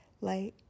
light